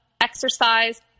exercise